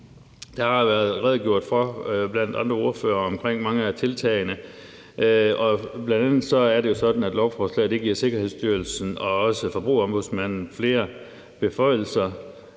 side været redegjort for mange af tiltagene. Bl.a. er det jo sådan, at lovforslaget giver Sikkerhedsstyrelsen og også Forbrugerombudsmanden flere beføjelser